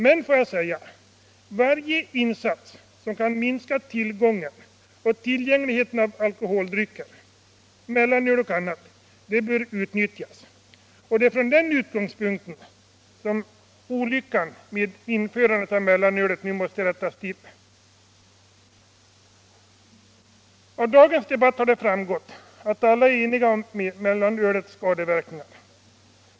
Men varje insats som kan minska tillgången till och tillgängligheten av alkoholdrycker, mellanöl och annat, bör utnyttjas. Det är från den utgångspunkten som olyckan med införandet av mellanölet nu måste rättas till. Av dagens debatt har det framgått att alla är eniga om mellanölets skadeverkningar.